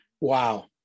Wow